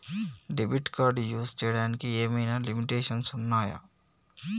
Debit card use చేయడానికి ఏమైనా limitations ఉన్నాయా?